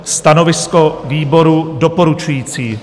Stanovisko výboru: doporučující.